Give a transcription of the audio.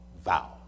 vow